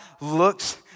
looks